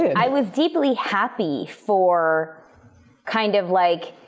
i was deeply happy for kind of, like,